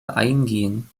eingehen